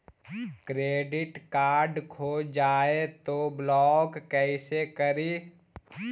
Credit card खो जाए तो ब्लॉक कैसे करी?